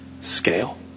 scale